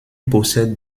possède